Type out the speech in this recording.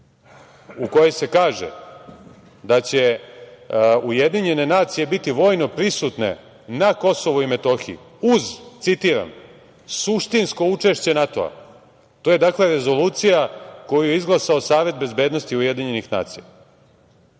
u kojoj se kaže da će UN biti vojno prisutne na Kosovu i Meothiji uz, citiram, suštinsko učešće NATO-a, to je dakle Rezolucija koju je izglasao Savet bezbednosti UN.I ma